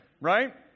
right